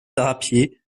drapier